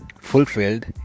fulfilled